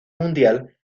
mundial